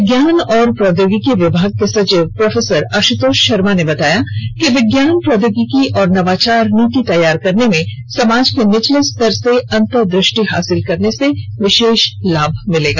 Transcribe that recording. विज्ञान और प्रौद्योगिकी विमाग के सचिव प्रोफेसर आश्तोष शर्मा ने बताया कि विज्ञान प्रौद्योगिकी और नवाचार नीति तैयार करने में समाज के निचले स्तर से अंतरदृष्टि हासिल करने से विशेष लाभ पहंचेगा